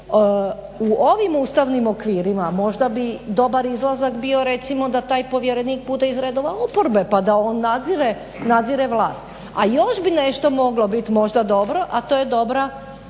U ovim ustavnim okvirima možda bi dobar izlazak bio recimo da taj povjerenik bude iz redova oporbe pa da on nadzire vlast. A još bi nešto možda moglo biti dobro, a to je dobra praksa